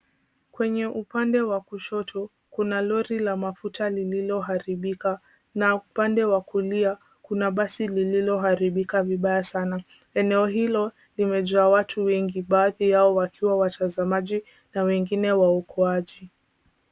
Kwenye upande wa kushoto, kuna lori la mafuta lililoharibika, na upande wa kulia kuna basi lililoharibika vibaya sana. Eneo hilo limejaa watu wengi, baadhi yao wakiwa watazamaji na wengine waokoaji.